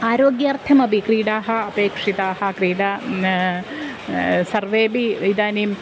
आरोग्यार्थमपि क्रीडाः अपेक्षिताः क्रीडा सर्वेऽपि इदानीम्